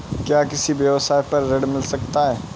क्या किसी व्यवसाय पर ऋण मिल सकता है?